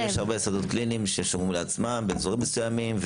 יש הרבה שדות קליניים ששומרים לעצמם באזורים מסוימים,